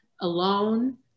alone